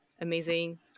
Amazing